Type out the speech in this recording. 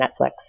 Netflix